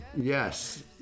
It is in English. Yes